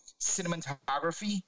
cinematography